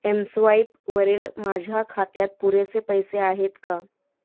एमस्वाईपवरील माझ्या खात्यात पुरेसे पैसे आहेत का